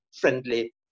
friendly